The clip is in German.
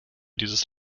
dieses